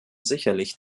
sicherlich